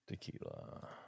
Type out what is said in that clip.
tequila